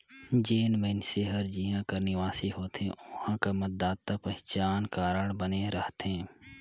जेन मइनसे हर जिहां कर निवासी होथे उहां कर मतदाता पहिचान कारड बने रहथे